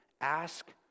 ask